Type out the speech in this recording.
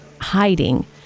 hiding